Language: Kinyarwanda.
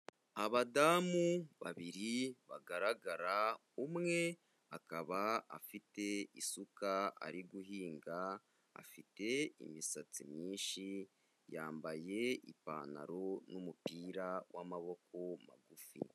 Abadamu babiri bagaragara, umwe akaba afite isuka ari guhinga, afite imisatsi myinshi, yambaye ipantaro n'umupira w'amaboko magufi.